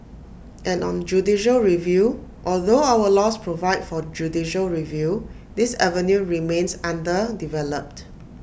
and on judicial review although our laws provide for judicial review this avenue remains underdeveloped